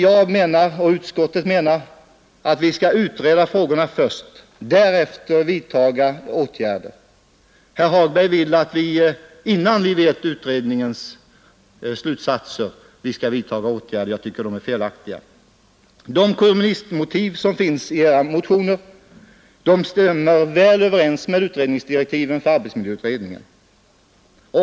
Jag och utskottet menar att vi först skall utreda frågorna och därefter vidta åtgärder. Herr Hagberg vill att vi innan vi känner till utredningens slutsatser skall vidtaga åtgärder. Jag tycker att det är felaktigt. De kommunistmotiv som finns i era motioner stämmer väl överens med utredningsdirektiven för arbetsmiljöutredningen.